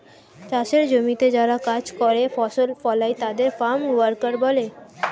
চাষের জমিতে যারা কাজ করে, ফসল ফলায় তাদের ফার্ম ওয়ার্কার বলে